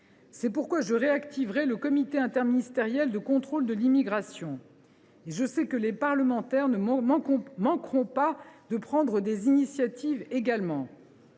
C’est pourquoi je réactiverai le comité interministériel de contrôle de l’immigration. Et je sais que les parlementaires ne manqueront pas, également, de prendre des initiatives.